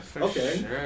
Okay